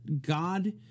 God